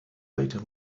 later